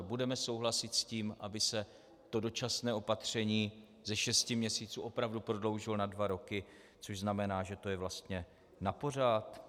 Budeme souhlasit s tím, aby se dočasné opatření ze šesti měsíců opravdu prodloužilo na dva roky, což znamená, že to je vlastně napořád?